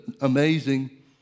amazing